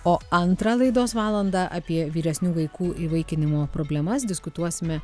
o antrą laidos valandą apie vyresnių vaikų įvaikinimo problemas diskutuosime